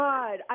God